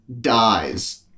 dies